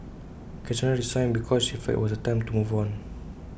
Cassandra resigned because she felt IT was time to move on